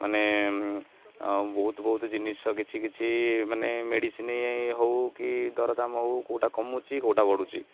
ମାନେ ବହୁତ ବହୁତ ଜିନିଷ କିଛି କିଛି ମାନେ ମେଡ଼ିସିନ୍ ହଉ କି ଦରଦାମ ହଉ କେଉଁଟା କମୁଛି କେଉଁଟା ବଢ଼ୁଛି